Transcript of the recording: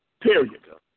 period